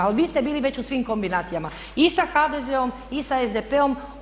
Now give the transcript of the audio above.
Ali vi ste bili već u svim kombinacijama i sa HDZ-om i sa SDP-om.